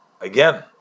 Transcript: again